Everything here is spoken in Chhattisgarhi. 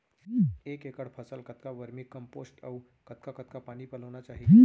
एक एकड़ फसल कतका वर्मीकम्पोस्ट अऊ कतका कतका पानी पलोना चाही?